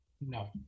No